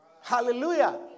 Hallelujah